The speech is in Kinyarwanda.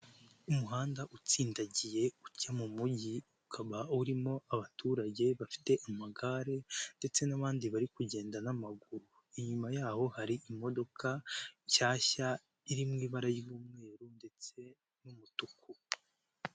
Umuhanda utsindagiye ujya mu mujyi ukaba urimo abaturage bafite amagare ndetse n'abandi bari kugenda n'amaguru, inyuma yaho hari imodoka nshyashya iri mu ibara ry'umweru ndetse n'umutuku.